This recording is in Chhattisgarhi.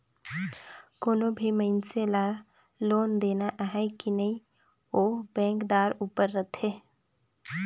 कोनो भी मइनसे ल लोन देना अहे कि नई ओ बेंकदार उपर रहथे